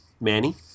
Manny